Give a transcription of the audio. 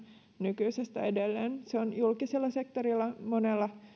nykyisestä edelleen se on julkisella sektorilla monella